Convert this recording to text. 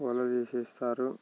వలలు వేసేస్తారు